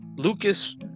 Lucas